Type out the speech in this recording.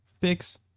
Fix